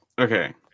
Okay